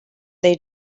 they